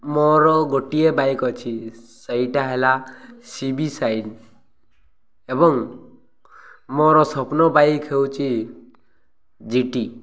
ମୋର ଗୋଟିଏ ବାଇକ୍ ଅଛି ସେଇଟା ହେଲା ସି ବି ସାଇନ୍ ଏବଂ ମୋର ସ୍ୱପ୍ନ ବାଇକ୍ ହେଉଛି ଜି ଟି